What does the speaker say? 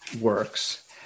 works